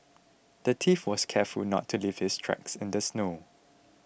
the thief was careful to not leave his tracks in the snow